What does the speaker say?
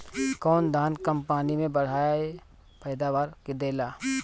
कौन धान कम पानी में बढ़या पैदावार देला?